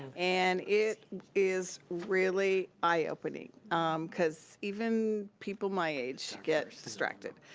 and it is really eye-opening, cause even people my age get distracted.